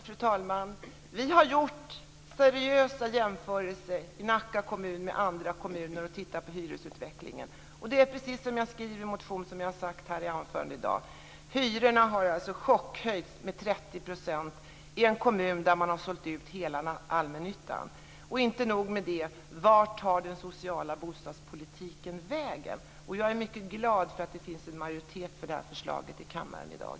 Fru talman! Vi har gjort seriösa jämförelser i Nacka kommun med andra kommuner och tittat på hyresutvecklingen. Det är precis som jag skriver i min motion och som jag har sagt i mitt anförande i dag. Hyrorna har chockhöjts med 30 % i en kommun där man har sålt ut hela allmännyttan. Inte nog med det: Vart tar den sociala bostadspolitiken vägen? Jag är mycket glad för att det finns en majoritet för det här förslaget i kammaren i dag.